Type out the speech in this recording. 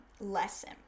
lesson